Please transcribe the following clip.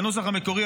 בנוסח המקורי,